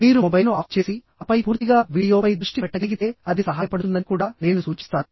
మీరు మొబైల్ను switch off చేసిఆపై పూర్తిగా వీడియోపై దృష్టి పెట్టగలిగితే అది సహాయపడుతుందని కూడా నేను సూచిస్తాను